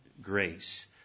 grace